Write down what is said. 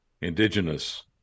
Indigenous